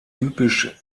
typisch